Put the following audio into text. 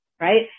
right